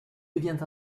devient